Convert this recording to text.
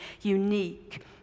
unique